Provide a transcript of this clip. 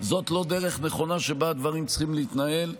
זאת לא דרך נכונה שבה הדברים צריכים להתנהל.